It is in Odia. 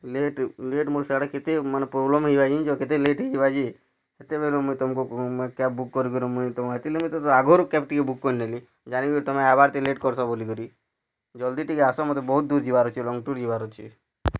ଲେଟ୍ ଲେଟ୍ ମୋର ସିଆଡ଼େ କେତେ ମାନେ ପ୍ରୋବ୍ଲେମ୍ ହେଲାନି ତମେ ଜାନିଛ କେତେ ଲେଟ୍ ହେଇଯିବା ଆଜି କେତେବେଲୁ ମୁଇଁ ତମକୁ ମୁଇଁ କ୍ୟାବ୍ ବୁକ୍ କରି କରି ମୁଇଁ ତମ ଏତି ଲାଗି ତ ଆଘରୁ କ୍ୟାବ୍ ଟିକେ ବୁକ୍ କରି ନେଲି ଜାନି କରି ତମେ ଆଇବାର୍ ଥି ଲେଟ୍ କରୁସ ବୋଲିକରି ଜଲ୍ଦି ଟିକେ ଆସ ମୋତେ ବହୁତ୍ ଦୂର୍ ଯିବାର୍ ଅଛି ଲଙ୍ଗ୍ ଟୁର୍ ଯିବାର୍ ଅଛି